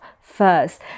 first